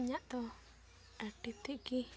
ᱤᱧᱟᱹᱜ ᱫᱚ ᱟᱹᱰᱤ ᱛᱮᱫᱜᱮ